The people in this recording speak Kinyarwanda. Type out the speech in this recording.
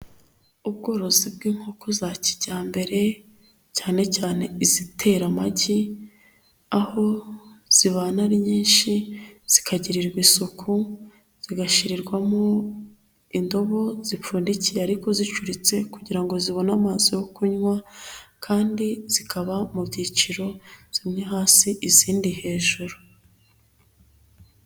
Ubworozi bw'inkoko za kijyambere cyane cyane izitera amagi aho zibana ari nyinshi zikagirirwa isuku, zigashyirirwamo indobo zipfundikiye ariko zicuritse kugira ngo zibone amazi yo kunywa kandi zikaba mu byiciro zimwe hasi izindi hejuru.